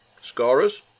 Scorers